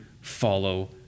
follow